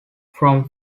from